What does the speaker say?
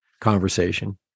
conversation